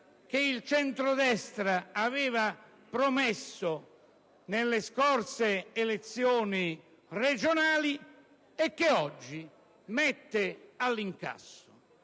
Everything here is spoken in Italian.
che il centrodestra aveva promesso nelle scorse elezioni regionali e che oggi mette all'incasso,